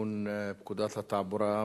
לתיקון פקודת התעבורה (מס'